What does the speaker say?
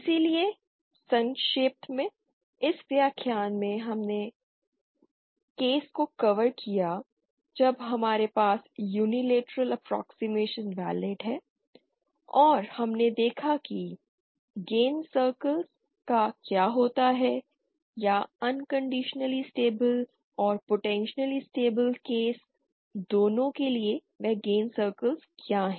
इसलिए संक्षेप में इस व्याख्यान में हमने केस को कवर किया जब हमारे पास यूनीलेटरल अप्प्रोक्सिमेशन वैलिड है और हमने देखा कि गेन सर्कल्स का क्या होता है या अनकण्डीशनली स्टेबिल और पोटेंशियली अनस्टेबिल केस दोनों के लिए वे गेन सर्कल्स क्या हैं